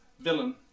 villain